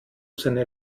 seine